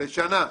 לשנה.